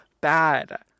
bad